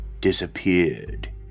disappeared